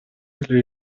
эле